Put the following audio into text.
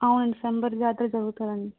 అవునండి సంబర జాతర జరుగుతాయండి